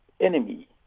enemy